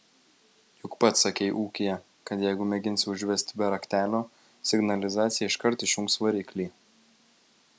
juk pats sakei ūkyje kad jeigu mėginsi užvesti be raktelio signalizacija iškart išjungs variklį